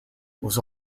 was